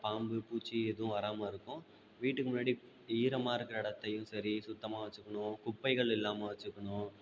பாம்பு பூச்சி எதுவும் வராமல் இருக்கும் வீட்டுக்கு முன்னாடி ஈரமாக இருக்கிற இடத்தையும் சரி சுத்தமாக வச்சுக்கணும் குப்பைகள் இல்லாமல் வச்சுக்கணும்